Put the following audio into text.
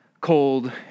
cold